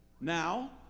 Now